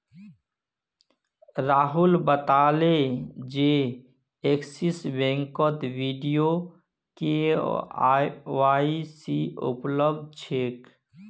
राहुल बताले जे एक्सिस बैंकत वीडियो के.वाई.सी उपलब्ध छेक